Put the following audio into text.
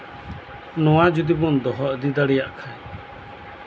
ᱱᱚᱣᱟ ᱡᱚᱫᱤ ᱵᱚ ᱫᱚᱦᱚ ᱤᱫᱤ ᱫᱟᱲᱮᱭᱟᱜ ᱠᱷᱟᱡ